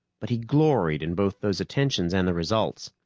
but he gloried in both those attentions and the results.